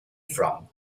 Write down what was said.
from